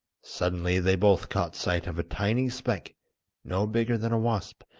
suddenly they both caught sight of a tiny speck no bigger than a wasp,